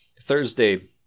Thursday